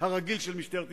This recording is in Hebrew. הרגיל של משטרת ישראל,